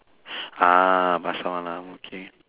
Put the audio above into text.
ah pasar malam okay